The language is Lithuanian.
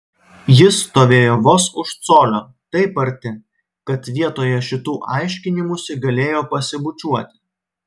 jis stovėjo vos už colio taip arti kad vietoje šitų aiškinimųsi galėjo pasibučiuoti